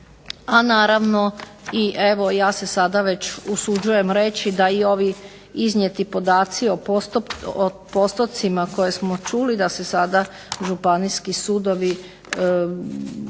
a naravno i evo ja se sada već usuđujem reći da i ovi iznijeti podaci o postotcima koje smo čuli, da se sada županijski sudovi